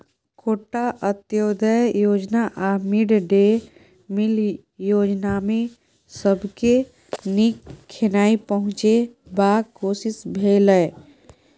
quota, अंत्योदय योजना आ मिड डे मिल योजनामे सबके नीक खेनाइ पहुँचेबाक कोशिश भेलै